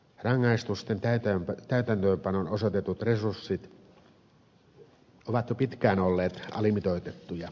rangaistusten täytäntöönpanoon osoitetut resurssit ovat jo pitkään olleet alimitoitettuja